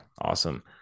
Awesome